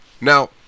Now